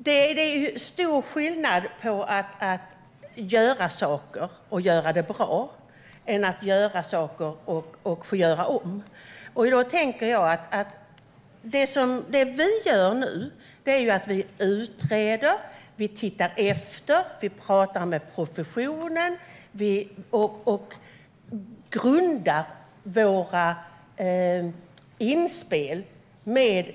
Skolväsendet - grund-läggande om utbild-ningen, Skolväsendet - lärare och elever och Skolväsendet - över-gripande skolfrågor Herr talman! Det är stor skillnad på att göra saker och göra det bra och att göra saker och få göra om dem. Det vi gör nu är att vi utreder, ser efter, talar med professionen och grundar våra inspel med